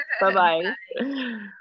bye-bye